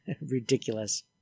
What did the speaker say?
Ridiculous